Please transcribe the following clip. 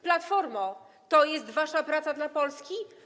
Platformo, to jest wasza praca dla Polski?